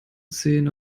zehn